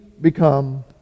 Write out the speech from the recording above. become